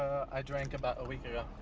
i drank about a week ago.